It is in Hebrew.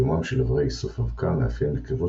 קיומם של איברי איסוף אבקה מאפיין נקבות